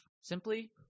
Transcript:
simply